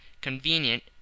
convenient